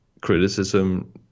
criticism